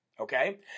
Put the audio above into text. Okay